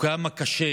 כמה קשה